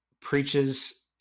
preaches